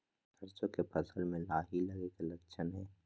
सरसों के फसल में लाही लगे कि लक्षण हय?